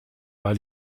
war